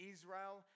Israel